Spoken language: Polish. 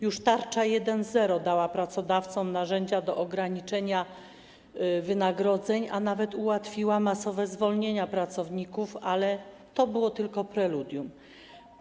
Już tarcza 1.0 dała pracodawcom narzędzia do ograniczenia wynagrodzeń, a nawet ułatwiła masowe zwolnienia pracowników, ale to było tylko preludium.